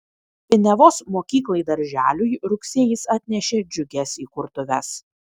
piniavos mokyklai darželiui rugsėjis atnešė džiugias įkurtuves